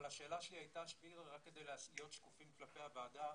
אבל השאלה שלי הייתה רק כדי להיות שקופים כלפי הוועדה,